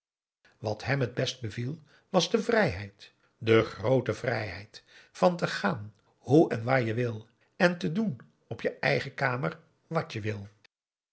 wat hèm t best beviel was de vrijheid de groote vrijheid van te gaan hoe en waar je wil en te doen op je eigen kamer wat je wil